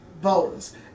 voters